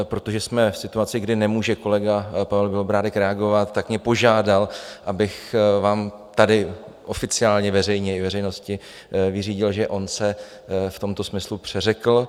Protože jsme v situaci, kdy nemůže kolega Pavel Bělobrádek reagovat, tak mě požádal, abych vám tady oficiálně veřejně, i veřejnosti, vyřídil, že on se v tomto smyslu přeřekl.